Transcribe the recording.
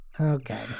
Okay